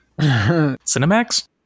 Cinemax